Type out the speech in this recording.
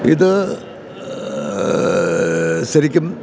ഇത് ശരിക്കും